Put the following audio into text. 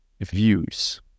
views